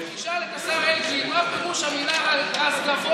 תשאל את השר אלקין מה פירוש המילה רזגבורה.